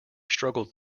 struggled